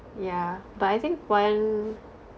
yeah but I think one